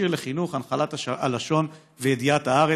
ומכשיר לחינוך, הנחלת הלשון וידיעת הארץ.